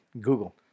Google